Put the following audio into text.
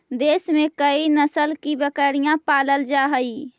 देश में कई नस्ल की बकरियाँ पालल जा हई